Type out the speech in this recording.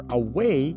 away